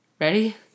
Ready